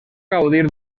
gaudir